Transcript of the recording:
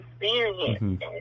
experience